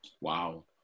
wow